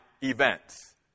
events